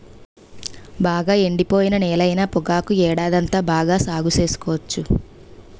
బాగా ఎండిపోయిన నేలైన పొగాకు ఏడాదంతా బాగా సాగు సేసుకోవచ్చు